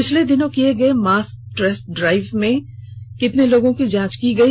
पिछले दिनों किये गए मास टेस्ट ड्राइव में कितने लोगों की जांच की गई